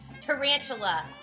tarantula